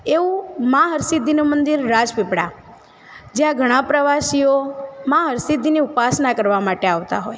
એવું માં હરસિદ્ધિનું મંદિર રાજપીપળા જ્યાં ઘણા પ્રવાસીઓમાં હરસિદ્ધિની ઉપાસના કરવા માટે આવતા હોય